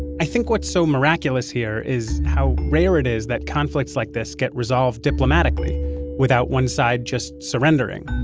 i think what's so miraculous here is how rare it is that conflicts like this get resolved diplomatically without one side just surrendering.